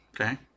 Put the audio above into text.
Okay